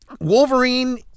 Wolverine